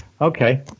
Okay